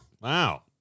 Wow